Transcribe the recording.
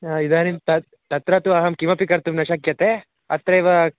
हा इदानीं तत् तत्र तु अहं किमपि कर्तुं न शक्यते अत्रैव